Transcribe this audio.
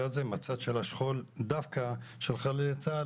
הזה מהצד של השכול דווקא של חללי צה"ל,